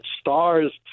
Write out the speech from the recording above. stars